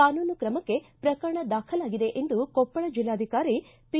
ಕಾನೂನು ತ್ರಮಕ್ಕೆ ಪ್ರಕರಣ ದಾಖಲಾಗಿದೆ ಎಂದು ಕೊಪ್ಪಳ ಜಿಲ್ಲಾಧಿಕಾರಿ ಪಿ